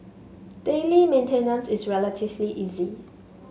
daily maintenance is relatively easy